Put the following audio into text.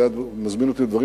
הוא היה מזמין אותי לדברים